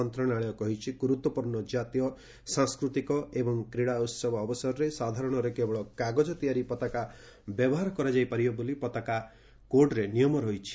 ମନ୍ତ୍ରଣାଳୟ କହିଛି ଗୁରୁତ୍ୱପୂର୍ଣ୍ଣ ଜାତୀୟ ସାଂସ୍କୃତିକ ଏବଂ କ୍ରୀଡ଼ା ଉହବ ଅବସରରେ ସାଧାରଣରେ କେବଳ କାଗକ୍ତ ତିଆରି ପତାକା ବ୍ୟବହାର କରାଯାଇପାରିବ ବୋଲି ପତାକା କୋର୍ଡରେ ନିୟମ ରହିଛି